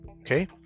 Okay